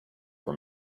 for